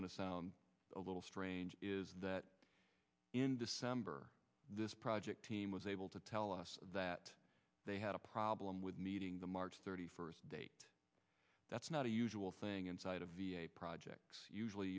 to sound a little strange that in december this project team was able to tell us that they had a problem with meeting the march thirty first date that's not a usual thing inside of a project usually